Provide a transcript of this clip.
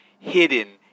hidden